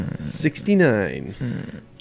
Sixty-nine